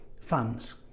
funds